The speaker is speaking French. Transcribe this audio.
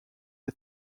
l’a